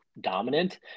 dominant